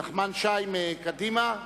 אחריה יהיה חבר הכנסת נחמן שי מקדימה,